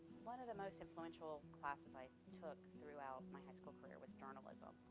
one of the most influential classes i took throughout my high school career was journalism,